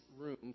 room